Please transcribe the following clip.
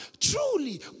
truly